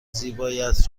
زیبایت